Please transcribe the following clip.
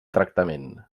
tractament